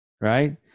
right